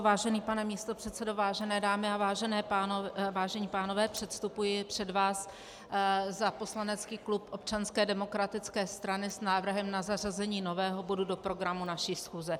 Vážený pane místopředsedo, vážené dámy a vážení pánové, předstupuji před vás za poslanecký klub Občanské demokratické strany s návrhem na zařazení nového bodu do programu naší schůze.